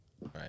Right